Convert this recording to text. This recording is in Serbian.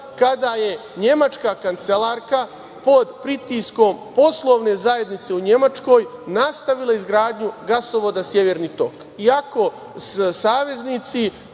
kada je nemačka kancelarka pod pritiskom poslovne zajednice u Nemačkoj, nastavila izgradnju gasovoda - Severni tok,